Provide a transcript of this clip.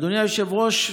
אדוני היושב-ראש,